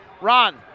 Ron